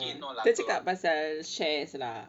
ke cakap pasal shares lah